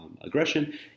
aggression